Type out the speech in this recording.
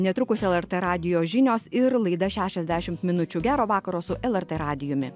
netrukus lrt radijo žinios ir laida šešiasdešimt minučių gero vakaro su lrt radijumi